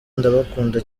ndabakunda